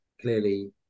clearly